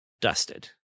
dusted